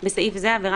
העבירה